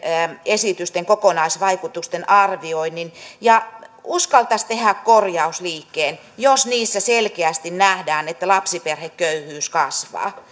esitysten kokonaisvaikutusten arvioinnin ja uskaltaisi tehdä korjausliikkeen jos siinä selkeästi nähdään että lapsiperheköyhyys kasvaa